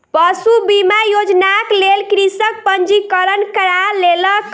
पशु बीमा योजनाक लेल कृषक पंजीकरण करा लेलक